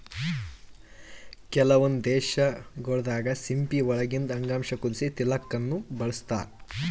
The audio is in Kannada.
ಕೆಲವೊಂದ್ ದೇಶಗೊಳ್ ದಾಗಾ ಸಿಂಪಿ ಒಳಗಿಂದ್ ಅಂಗಾಂಶ ಕುದಸಿ ತಿಲ್ಲಾಕ್ನು ಬಳಸ್ತಾರ್